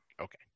Okay